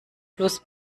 plus